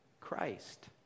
Christ